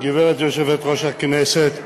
גברתי יושבת-ראש הישיבה,